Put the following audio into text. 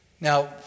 Now